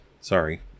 Sorry